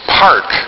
park